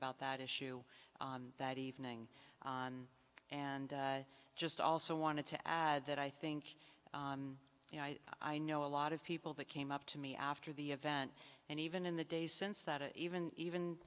about that issue that evening and i just also wanted to add that i think you know i i know a lot of people that came up to me after the event and even in the days since that even even